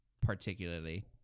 particularly